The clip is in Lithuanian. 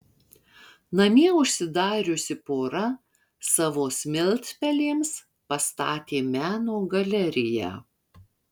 namie užsidariusi pora savo smiltpelėms pastatė meno galeriją